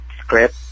script